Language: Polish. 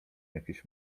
jakiś